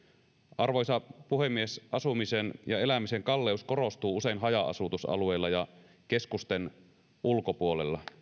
arvoisa puhemies asumisen ja elämisen kalleus korostuu usein haja asutusalueilla ja keskusten ulkopuolella